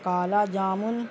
kala jamun